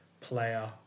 player